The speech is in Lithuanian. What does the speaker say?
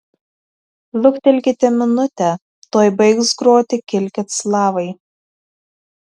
luktelkite minutę tuoj baigs groti kilkit slavai